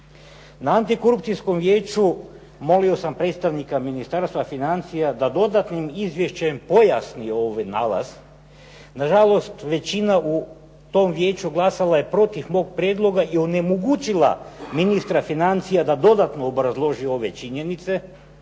Na Antikorupcijskom vijeću molio sam predstavnika Ministarstava financija da dodatnim izvješćem pojasni ovaj nalaz. Nažalost, većina u tom vijeću glasala je protiv mog prijedloga i onemogućila ministra financija da dodatno obrazloži ove činjenice.